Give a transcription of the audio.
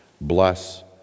Bless